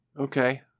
Okay